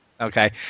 Okay